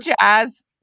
jazz